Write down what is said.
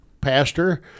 Pastor